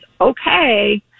Okay